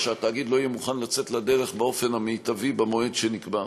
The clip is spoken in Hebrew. שהתאגיד לא יהיה מוכן לצאת לדרך באופן המיטבי במועד שנקבע,